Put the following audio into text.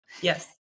Yes